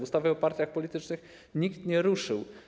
Ustawy o partiach politycznych nikt nie ruszył.